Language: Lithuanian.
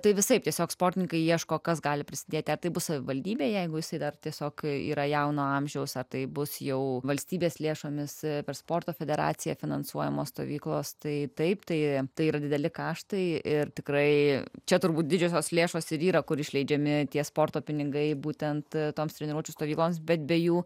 tai visaip tiesiog sportininkai ieško kas gali prisidėti ar tai bus savivaldybė jeigu jisai dar tiesiog yra jauno amžiaus ar tai bus jau valstybės lėšomis per sporto federacija finansuojamos stovyklos tai taip tai tai yra dideli kaštai ir tikrai čia turbūt didžiosios lėšos į vyrą kur išleidžiami tie sporto pinigai būtent toms treniruočių stovykloms bet be jų